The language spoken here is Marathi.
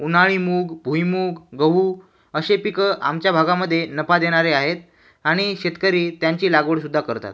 उन्हाळी मूग भुईमूग गहू अशी पिकं आमच्या भागामध्ये नफा देणारे आहेत आणि शेतकरी त्यांची लागवड सुद्धा करतात